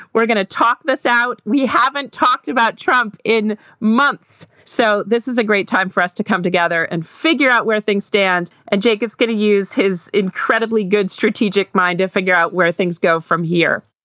we're going to talk this out. we haven't talked about trump in months. so this is a great time for us to come together and figure out where things stand. and jacob's going to use his incredibly good strategic mind to figure out where things go from here.